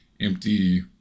empty